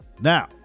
Now